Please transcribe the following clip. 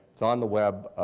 it's on the web,